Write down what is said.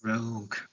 rogue